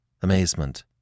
Amazement